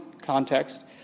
Context